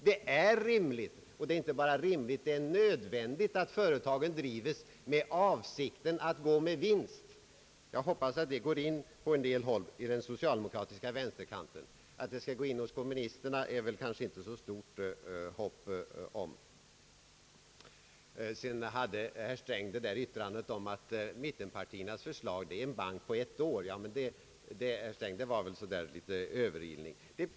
Det är rimligt och även nödvändigt att företagen drivs med avsikt att gå med vinst. Jag hoppas att detta går in på en del håll på den socialdemokratiska vänsterkanten. Att det skall gå in hos kommunisterna finns det väl inte så stort hopp om. Herr Sträng påstod att mittenpartiernas förslag avsåg en bank på ett år. Men, herr Sträng, det var väl förhastat?